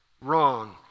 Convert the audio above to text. wrong